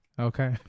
Okay